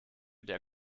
der